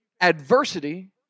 adversity